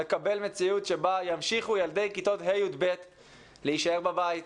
לקבל מציאות שבה ימשיכו ילדי כיתות ה' י"ב להישאר בבית,